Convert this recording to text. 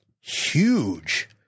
huge